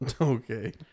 Okay